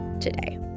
today